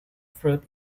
fruit